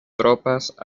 tropas